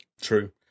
True